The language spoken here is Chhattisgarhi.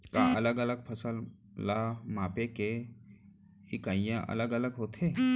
का अलग अलग फसल ला मापे के इकाइयां अलग अलग होथे?